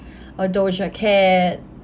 oh doja cat